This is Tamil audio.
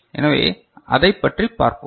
எனவே அதைப் பற்றி பார்ப்போம்